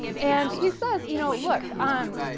and he says. you know look. um